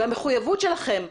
המחויבות שלכם,